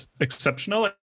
exceptional